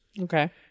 Okay